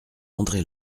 andré